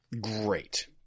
great